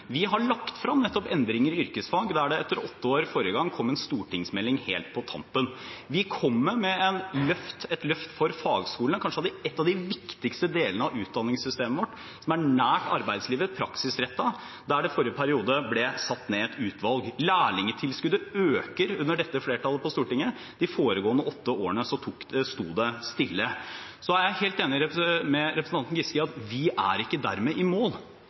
Vi har lagt frem endringer i nettopp yrkesfag, der det etter åtte år forrige gang kom en stortingsmelding helt på tampen. Vi kommer med et løft for fagskolene, kanskje en av de viktigste delene av utdanningssystemet vårt, som er nær arbeidslivet, praksisrettet, der det forrige periode ble satt ned et utvalg. Lærlingtilskuddet øker under dette flertallet på Stortinget. De foregående åtte årene sto det stille. Jeg er helt enig med representanten Giske i at vi ikke dermed er i mål.